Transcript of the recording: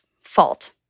fault